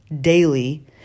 daily